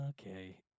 okay